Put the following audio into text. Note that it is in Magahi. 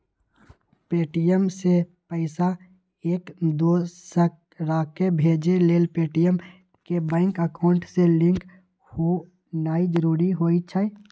पे.टी.एम से पईसा एकदोसराकेँ भेजे लेल पेटीएम के बैंक अकांउट से लिंक होनाइ जरूरी होइ छइ